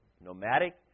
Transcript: Nomadic